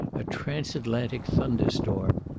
a transatlantic thunderstorm.